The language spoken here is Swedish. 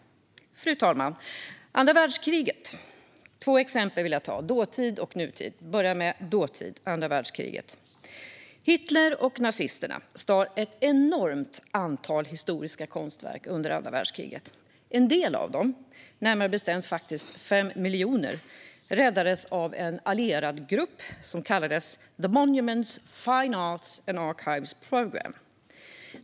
Fru talman! Jag vill ta två exempel från dåtid och nutid. Jag börjar med dåtid, andra världskriget. Hitler och nazisterna stal ett enormt antal historiska konstverk under andra världskriget. En del av dem, närmare bestämt faktiskt 5 miljoner, räddades av en allierad grupp som kallades The Monuments, Fine Arts and Archives Program.